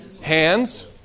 Hands